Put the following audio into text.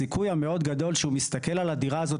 הסיכוי מאוד גדול שהוא מסתכל על הדירה הזאת,